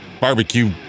barbecue